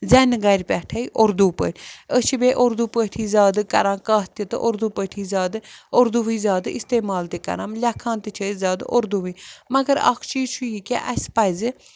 زٮ۪نہِ گَرِ پٮ۪ٹھٕے اردو پٲٹھۍ أسۍ چھِ بیٚیہِ اُردو پٲٹھی زیادٕ کَران کَتھ تہِ تہٕ اردو پٲٹھی زیادٕ اردوے زیادٕ اِستعمال تہِ کَران لٮ۪کھان تہِ چھِ أسۍ زیادٕ اُردوٕے مگر اَکھ چیٖز چھُ یہِ کہِ اَسہِ پَزِ